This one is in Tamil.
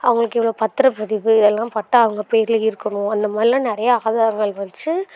அவங்களுக்கு இவ்வளோ பத்திரப்பதிவு எல்லாம் பட்டா அவங்க பேரில் இருக்கணும் அந்த மாதிரிலாம் நிறையா ஆதாரங்கள் வைச்சு